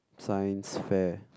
science fair